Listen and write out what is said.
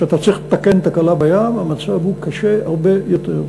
כשאתה צריך לתקן תקלה בים, המצב קשה הרבה יותר.